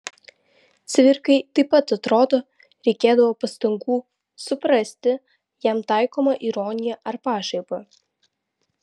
cvirkai taip pat atrodo reikėdavo pastangų suprasti jam taikomą ironiją ar pašaipą